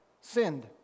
sinned